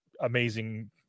amazing